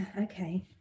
Okay